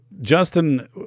Justin